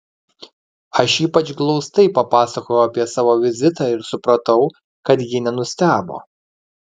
aš ypač glaustai papasakojau apie savo vizitą ir supratau kad ji nenustebo